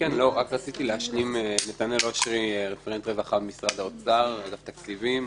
אני רפרנט רווחה במשרד האוצר, אגף תקציבים.